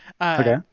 Okay